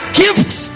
gifts